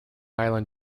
island